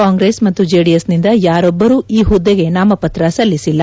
ಕಾಂಗ್ರೆಸ್ ಮತ್ತು ಜೆಡಿಎಸ್ನಿಂದ ಯಾರೊಬ್ಬರು ಈ ಹುದ್ದೆಗೆ ನಾಮಪತ್ರ ಸಲ್ಲಿಸಿಲ್ಲ